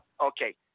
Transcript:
Okay